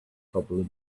probably